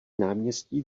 náměstí